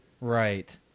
Right